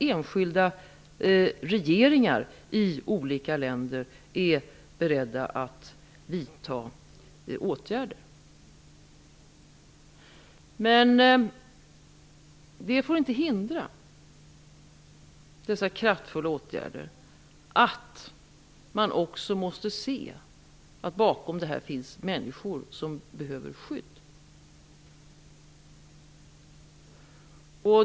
Enskilda regeringar i olika länder måste vara beredda att vidta åtgärder. Dessa kraftfulla åtgärder får dock inte hindra oss från att se att det bakom detta finns människor som behöver hjälp.